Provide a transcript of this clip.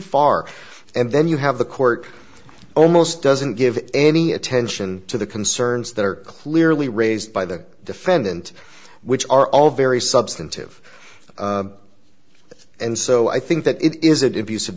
far and then you have the court almost doesn't give any attention to the concerns that are clearly raised by the defendant which are all very substantive and so i think that it is it is use of